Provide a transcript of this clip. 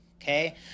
Okay